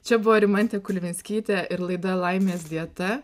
čia buvo rimantė kulvinskytė ir laida laimės dieta